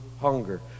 hunger